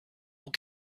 will